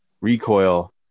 recoil